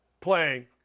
playing